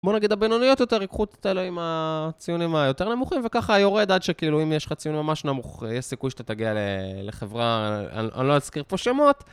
בוא נגיד הבינוניות יותר, ייקחו את האלה עם הציונים היותר נמוכים, וככה יורד עד שכאילו, אם יש לך ציוו ממש נמוך, יש סיכוי שאתה תגיע לחברה, אני לא אזכיר פה שמות.